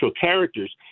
characters